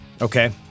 Okay